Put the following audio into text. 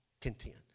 content